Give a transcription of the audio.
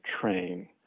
train